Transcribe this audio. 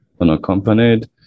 unaccompanied